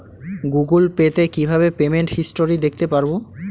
Google Pay তে কিভাবে payment history দেখতে পারবো?